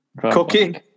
cooking